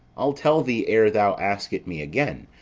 i'll tell thee ere thou ask it me again.